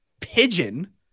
pigeon